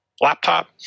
laptop